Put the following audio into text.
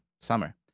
summer